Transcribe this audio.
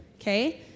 Okay